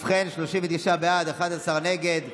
ובכן, 39 בעד, 11 נגד.